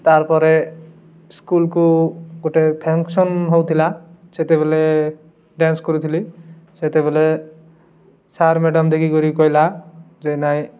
ତାର୍ ପରେ ସ୍କୁଲକୁ ଗୋଟେ ଫଙ୍କସନ୍ ହଉଥିଲା ସେତେବେଳେ ଡ୍ୟାନ୍ସ କରୁଥିଲି ସେତେବେଳେ ସାର୍ ମ୍ୟାଡ଼ାମ ଦେଖିକରି କହିଲା ଯେ ନାଇଁ